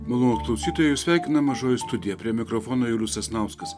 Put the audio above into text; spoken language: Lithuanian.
malonūs klausytojai jus sveikina mažoji studija prie mikrofono julius sasnauskas